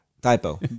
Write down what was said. Typo